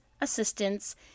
assistance